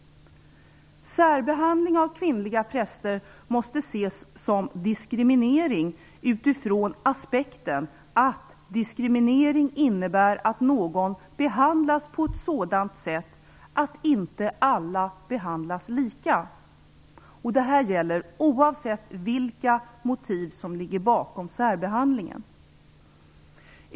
Särbehandling av kvinnliga präster måste ses som diskriminering utifrån aspekten att diskriminering innebär att inte alla behandlas lika. Det här gäller oavsett vilka motiv som ligger bakom särbehandlingen.